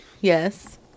Yes